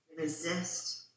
resist